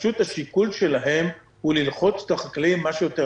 פשוט השיקול שלהם הוא ללחוץ את החקלאים כמה שיותר